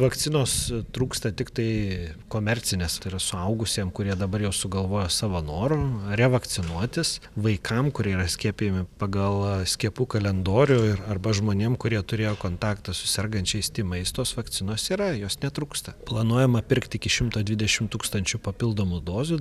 vakcinos trūksta tiktai komercinės tai yra suaugusiem kurie dabar jau sugalvojo savo noru revakcinuotis vaikam kurie yra skiepijami pagal skiepų kalendorių ir arba žmonėm kurie turėjo kontaktą su sergančiais tymais tos vakcinos yra jos netrūksta planuojama pirkti iki šimto dvidešimt tūkstančių papildomų dozių